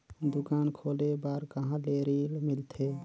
दुकान खोले बार कहा ले ऋण मिलथे?